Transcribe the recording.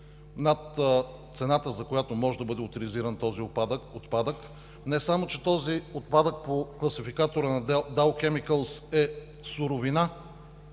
над цената, за която може да бъде оторизиран този отпадък, не само че този отпадък по класификатора на „Дау Кемикълс“ е суровина,